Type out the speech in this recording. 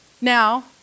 now